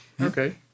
Okay